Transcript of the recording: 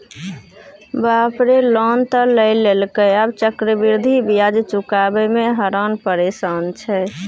बाप रे लोन त लए लेलकै आब चक्रवृद्धि ब्याज चुकाबय मे हरान परेशान छै